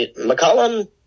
McCollum